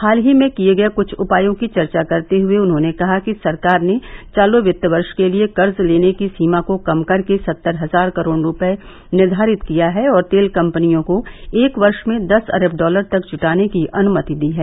हाल ही में किये गये कुछ उपायों की चर्चा करते हुए उन्होंने कहा कि सरकार ने चालू वित्त वर्ष के लिए कर्ज लेने की सीमा को कम करके सत्तर हजार करोड़ रूपये निर्धारित किया है और तेल कंपनियों को एक वर्ष में दस अरब डॉलर तक जुटाने की अनुमति दी है